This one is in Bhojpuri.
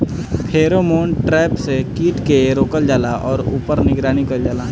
फेरोमोन ट्रैप से कीट के रोकल जाला और ऊपर निगरानी कइल जाला?